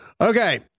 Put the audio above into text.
Okay